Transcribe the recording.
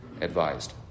advised